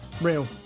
Real